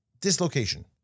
dislocation